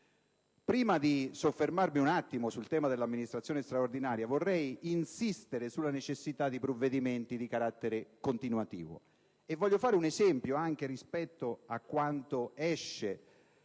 Prima di soffermarmi un attimo sul tema dell'amministrazione straordinaria, vorrei insistere sulla necessità di provvedimenti di carattere continuativo e porto un esempio, tenuto anche conto di quanto esce